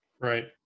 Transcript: Right